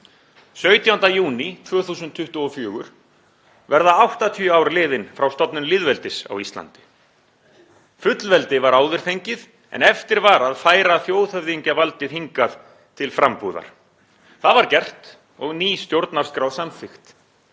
17. júní 2024 verða 80 ár liðin frá stofnun lýðveldis á Íslandi. Fullveldi var áður fengið en eftir var að færa þjóðhöfðingjavaldið hingað til frambúðar. Það var gert og ný stjórnarskrá samþykkt.